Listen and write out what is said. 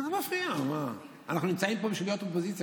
אנחנו נמצאים פה בשביל להיות אופוזיציה,